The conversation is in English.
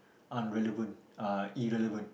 unrelevant uh irrelevant